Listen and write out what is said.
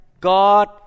God